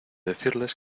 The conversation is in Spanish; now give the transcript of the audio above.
decirles